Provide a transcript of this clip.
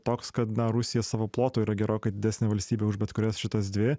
toks kad na rusija savo plotu yra gerokai didesnė valstybė už bet kurias šitas dvi